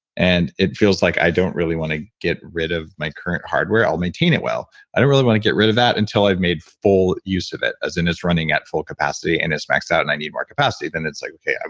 and it feels like i don't really want to get rid of my current hardware, i'll maintain it well. i don't really want to get rid of that until i've made full use of it as and it's running at full capacity and it's maxed out and i need more capacity, then it's like, okay,